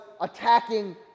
attacking